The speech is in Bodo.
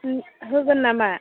होगोन नामा